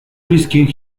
risking